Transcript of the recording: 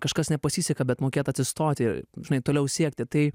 kažkas nepasiseka bet mokėt atsistoti ir žinai toliau siekti tai